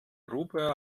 gruppe